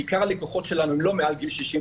ועיקר הלקוחות שלנו הם לא מעל גיל 65,